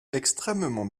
extrêmement